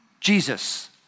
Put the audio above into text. Jesus